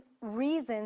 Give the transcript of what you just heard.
reasons